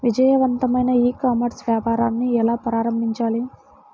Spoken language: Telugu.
విజయవంతమైన ఈ కామర్స్ వ్యాపారాన్ని ఎలా ప్రారంభించాలి?